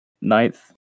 ninth